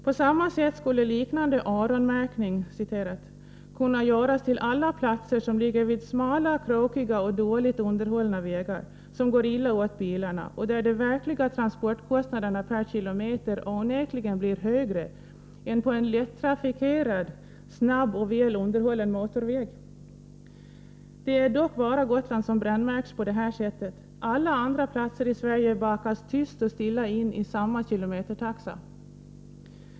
På samma sätt skulle liknande ”öronmärkning” kunna göras på fraktsedlar till alla platser som ligger i smala, krokiga och dåligt underhållna vägar som går illa åt bilarna, och där de verkliga transportkostnaderna per kilometer onekligen blir högre än på en lättrafikerad, snabb och väl underhållen motorväg. Det är dock bara Gotland som brännmärks på detta sätt. Alla andra platser i Sverige bakas tyst och stilla in i samma kilometertaxa.